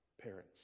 parents